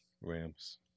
Rams